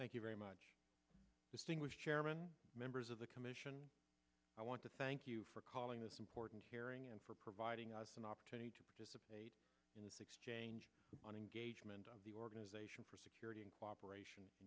thank you very much distinguished chairman members of the commission i want to thank you for calling this important hearing and for providing us an opportunity to participate in this exchange on engagement of the organization for security and cooperation